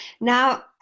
Now